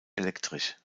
elektrisch